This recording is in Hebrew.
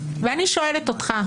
ואני שואלת אותך,